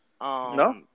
No